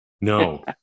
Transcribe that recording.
No